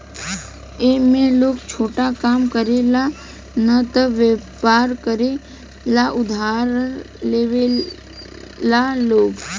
ए में लोग छोटा काम करे ला न त वयपर करे ला उधार लेवेला लोग